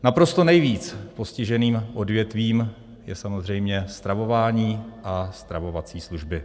Naprosto nejvíc postiženým odvětvím je samozřejmě stravování a stravovací služby.